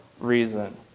reason